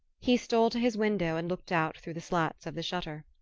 he stole to his window and looked out through the slats of the shutter.